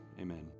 amen